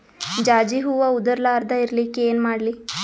ಜಾಜಿ ಹೂವ ಉದರ್ ಲಾರದ ಇರಲಿಕ್ಕಿ ಏನ ಮಾಡ್ಲಿ?